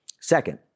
Second